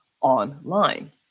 online